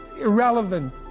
irrelevant